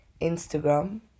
Instagram